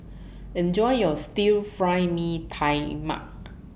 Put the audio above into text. Enjoy your Stir Fried Mee Tai Mak